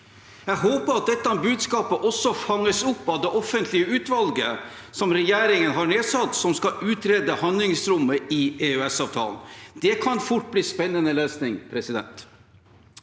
Jeg håper at dette budskapet også fanges opp av det offentlige utvalget som regjeringen har nedsatt, som skal utrede handlingsrommet i EØS-avtalen. Det kan fort bli spennende lesning. I en